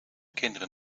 kinderen